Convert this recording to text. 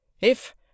If